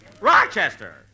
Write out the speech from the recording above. Rochester